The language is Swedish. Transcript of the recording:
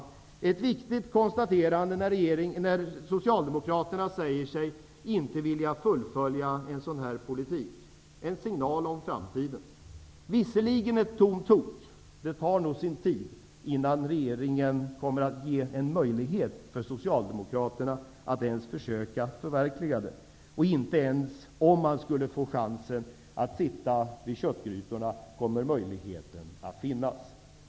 Det är viktigt att konstatera att Socialdemokraterna säger sig inte vilja fullföja en politik av detta slag. Det är en signal om framtiden. Visserligen är det ett tomt hot -- det tar nog sin tid innan regeringen kommer att ge en möjlighet för Socialdemokraterna att ens försöka förverkliga det. Inte ens om man skulle få chansen att sitta vid köttgrytorna kommer möjligheten att finnas.